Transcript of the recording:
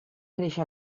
cresce